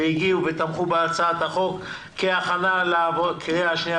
הגיעו ותמכו בהצעת החוק כהכנה לקריאה שנייה